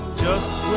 just